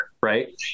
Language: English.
Right